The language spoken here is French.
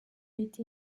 été